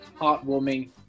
heartwarming